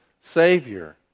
Savior